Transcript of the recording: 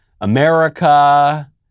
America